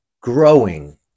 growing